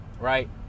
right